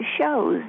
shows